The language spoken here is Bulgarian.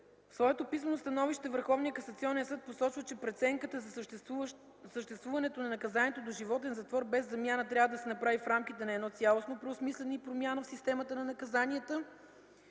Върховния касационен съд посочва, че преценката за съществуването на наказанието доживотен затвор без замяна трябва да се направи в рамките на едно цялостно преосмисляне и промяна в системата на наказанията,